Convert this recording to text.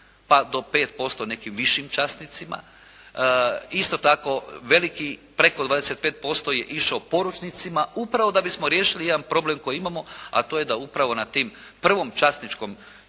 pa do 5% nekim višim časnicima. Isto tako, veliki, preko 25% je išao poručnicima, upravo da bismo riješili jedan problem koji imamo, a to je da upravo na tim, prvom časničkom činu,